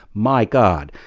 my god,